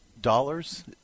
dollars